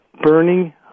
burning